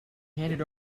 handed